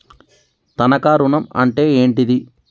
తనఖా ఋణం అంటే ఏంటిది?